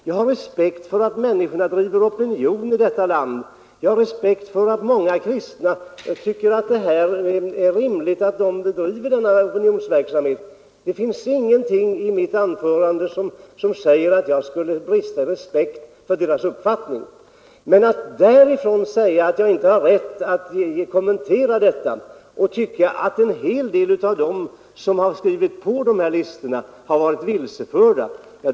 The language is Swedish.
Jag hyser respekt för att människorna driver opinion i detta land, och jag hyser respekt för att många kristna tycker att det är rimligt att denna opinionsverksamhet bedrivs. Det finns ingenting i mitt anförande som kan sägas tyda på att jag skulle brista i respekt för människors uppfattning. Men fördenskull kan man ju inte hävda att jag skulle sakna rätt att kommentera detta och tycka att en hel del av dem som har skrivit på listorna är vilseförda.